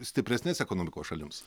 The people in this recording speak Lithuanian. stipresnės ekonomikos šalims